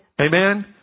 Amen